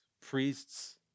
priests